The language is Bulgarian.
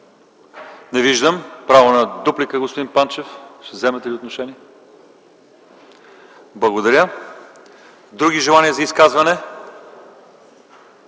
Не виждам. Право на дуплика – господин Панчев, ще вземете ли отношение? Не. Благодаря. Други желания за изказвания?